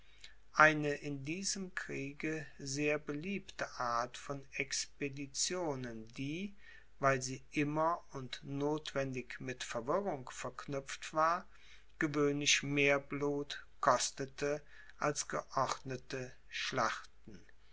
eine in diesem kriege sehr beliebte art von expeditionen die weil sie immer und nothwendig mit verwirrung verknüpft war gewöhnlich mehr blut kostete als geordnete schlachten